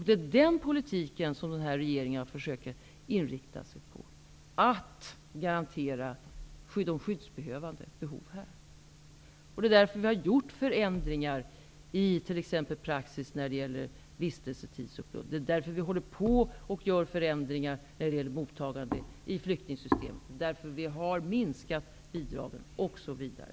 Det är den politiken som den här regeringen försöker inrikta sig på, nämligen att garantera de skyddsbehövande skydd här. Det är därför som vi har gjort förändringar i t.ex. praxisen när det gäller vistelsetider. Det är därför som vi håller på att göra förändringar när det gäller mottagandet i flyktingsystemet, eftersom vi har minskat bidragen, osv.